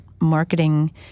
marketing